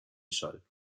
schall